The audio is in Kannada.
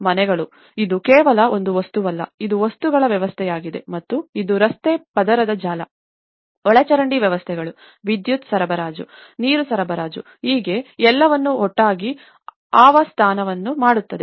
ಮನೆಗಳು ಇದು ಕೇವಲ ಒಂದು ವಸ್ತುವಲ್ಲ ಇದು ವಸ್ತುಗಳ ವ್ಯವಸ್ಥೆಯಾಗಿದೆ ಮತ್ತು ಇದು ರಸ್ತೆ ಪದರದ ಜಾಲ ಒಳಚರಂಡಿ ವ್ಯವಸ್ಥೆಗಳು ವಿದ್ಯುತ್ ಸರಬರಾಜು ನೀರು ಸರಬರಾಜು ಹೀಗೆ ಎಲ್ಲವನ್ನೂ ಒಟ್ಟಾಗಿ ಆವಾಸಸ್ಥಾನವನ್ನು ಮಾಡುತ್ತದೆ